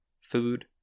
food